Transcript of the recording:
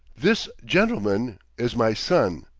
this gentleman is my son,